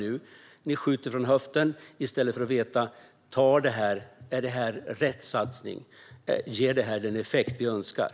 Ni skjuter från höften i stället för att säkerställa att satsningen är rätt och ger den effekt som önskas.